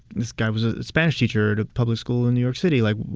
this guy was a spanish teacher at a public school in new york city. like,